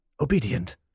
obedient